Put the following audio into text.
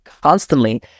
constantly